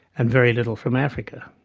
and very little from africa.